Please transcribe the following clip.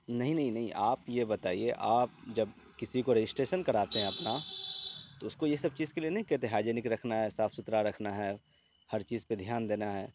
نہیں نہیں نہیں آپ یہ بتائیے آپ جب کسی کو رجسٹریسن کراتے ہیں اپنا تو اس کو یہ سب چیز کے لیے نہیں کہتے ہیں ہائجنک رکھنا ہے صاف ستھرا رکھنا ہے ہر چیز پہ دھیان دینا ہے